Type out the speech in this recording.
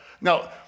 Now